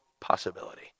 possibility